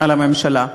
על הממשלה.